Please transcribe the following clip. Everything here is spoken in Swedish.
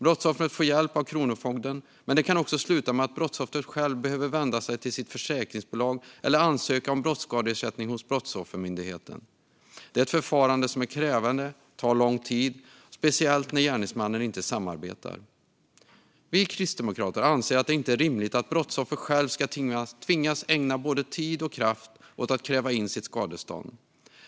Brottsoffret får hjälp av kronofogden, men det kan också sluta med att brottsoffret själv behöver vända sig till sitt försäkringsbolag eller ansöka om brottsskadeersättning hos Brottsoffermyndigheten. Det är ett förfarande som är krävande och tar lång tid, speciellt när gärningsmannen inte samarbetar. Vi kristdemokrater anser att det inte är rimligt att brottsoffret själv ska tvingas ägna både tid och kraft åt att kräva in sitt skadestånd.